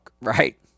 right